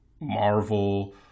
Marvel